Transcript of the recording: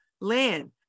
land